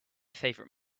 favorite